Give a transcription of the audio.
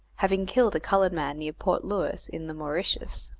having killed a coloured man near port louis, in the mauritius.